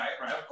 right